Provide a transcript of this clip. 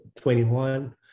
21